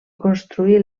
construí